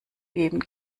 geben